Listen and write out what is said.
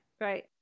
Right